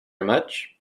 much